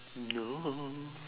no